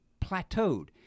plateaued